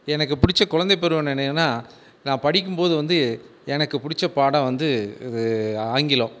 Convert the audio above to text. எனக்கு பிடிச்ச குழந்தை பருவம் நினைவுன்னா நான் படிக்கும் போது வந்து எனக்கு பிடிச்ச பாடம் வந்து ஆங்கிலம்